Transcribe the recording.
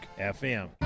FM